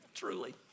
Truly